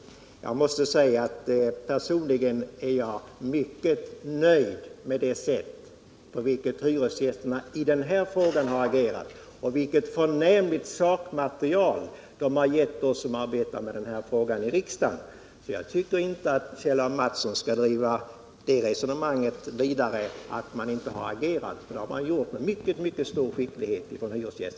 Till detta måste jag säga att jag personligen är mycket nöjd med det sätt på vilket hyresgästerna har agerat och med det förnämliga sakmaterial de har gett oss som arbetar med frågan i riksdagen. Jag tycker därför inte att att Kjell Mattsson skall driva det resonemanget vidare, att man inte har agerat; det har hyresgästerna nämligen gjort med mycket stor skicklighet!